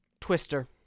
Twister